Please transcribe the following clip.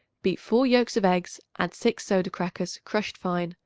beat four yolks of eggs add six soda crackers crushed fine,